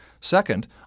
Second